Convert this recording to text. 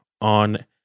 on